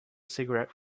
cigarette